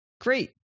Great